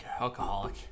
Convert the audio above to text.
alcoholic